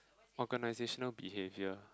organisational behaviour